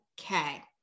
Okay